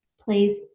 Please